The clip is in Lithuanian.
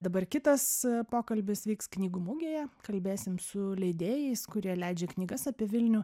dabar kitas pokalbis vyks knygų mugėje kalbėsim su leidėjais kurie leidžia knygas apie vilnių